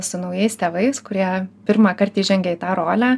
su naujais tėvais kurie pirmąkart įžengia į tą rolę